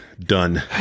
Done